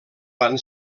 van